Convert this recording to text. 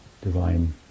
divine